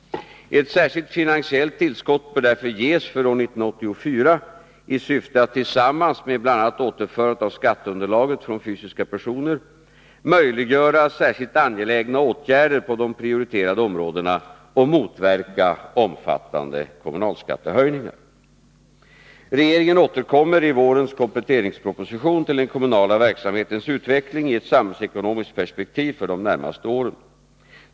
Ett särskilt finansiellt tillskott bör därför ges för år 1984 i syfte att tillsammans med bl.a. återförandet av skatteunderlaget från fysiska personer möjliggöra särskilt angelägna åtgärder på de prioriterade områdena och motverka omfattande kommunalskattehöjningar. Regeringen återkommer i vårens kompletteringsproposition till den kommunala verksamhetens utveckling i ett samhällsekonomiskt perspektiv för de närmaste åren.